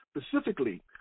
specifically